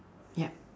yup